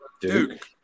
Duke